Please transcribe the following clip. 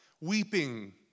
weeping